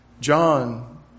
John